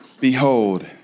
Behold